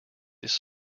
this